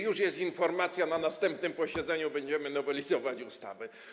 Już jest informacja: na następnym posiedzeniu będziemy nowelizować ustawę.